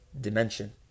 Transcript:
dimension